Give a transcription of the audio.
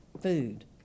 food